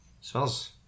Smells